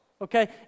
Okay